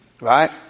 Right